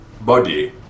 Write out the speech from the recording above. body